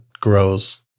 grows